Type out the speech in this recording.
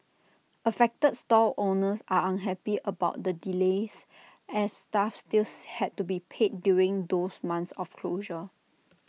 affected stall owners are unhappy about the delays as staff still had to be paid during those months of closure